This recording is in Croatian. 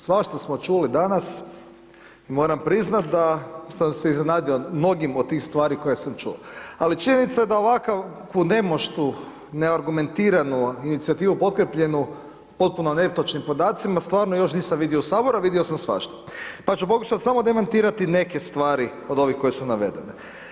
Svašta smo čuli danas i moram priznat da sam se iznenadio od mnogim od tih stvari koje sam čuo, ali činjenica da ovakvu nemaštu, neargumentiranu inicijativu potkrijepljenu potpuno netočnim podacima, stvarno još nisam vidio u Saboru, a vidio sam svašta, pa ću pokušat samo demantirati neke stvari od ovih koje su navedene.